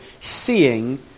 seeing